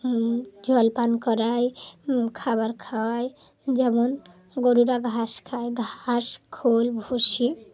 জলপান করায় খাবার খাওয়ায় যেমন গরুরা ঘাস খায় ঘাস খোল ভুষি